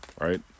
right